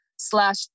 slash